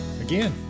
Again